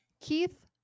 Keith